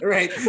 Right